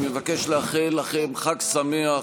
אני מבקש לאחל לכם חג שמח.